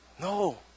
No